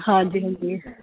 ਹਾਂਜੀ ਹਾਂਜੀ